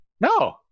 No